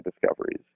discoveries